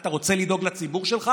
אתה רוצה לדאוג לציבור שלך?